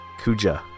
Kuja